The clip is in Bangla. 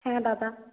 হ্যাঁ বাবা